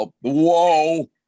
whoa